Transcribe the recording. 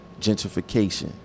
gentrification